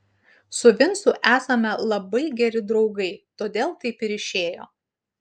su vincu esame labai geri draugai todėl taip ir išėjo